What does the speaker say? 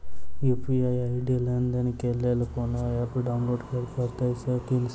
UPI ID लेनदेन केँ लेल कोनो ऐप डाउनलोड करऽ पड़तय की सर?